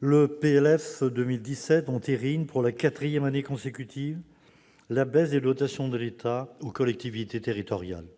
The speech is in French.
loi de finances pour 2017 entérine, pour la quatrième année consécutive, la baisse des dotations de l'État aux collectivités territoriales.